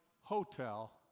hotel